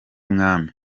mwami